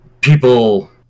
people